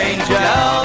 Angel